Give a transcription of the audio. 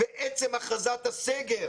ועצם הכרזת הסגר